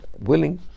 willing